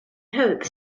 hope